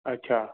अच्छा